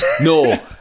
No